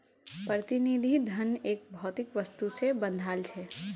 प्रतिनिधि धन एक भौतिक वस्तु से बंधाल छे